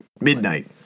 midnight